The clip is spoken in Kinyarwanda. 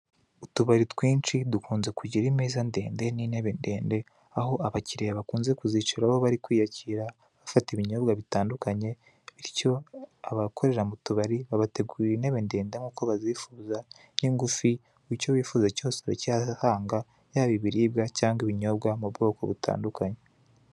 Utubari twinshi dukunze kugira imeza ndede n'intebe ndende, aho abakiriya bakunze kuzicaraho bari kwiyakira bafata ibinyobwa bitandukanye; bityo abakorera mu tubari babategurira intebe ndende nk'uko bazifuza n'ingufi; buri icyo wifuza cyose urakihasanga, yaba ibiribwa cyangwa ibinyobwa mu bwoko butandukanye.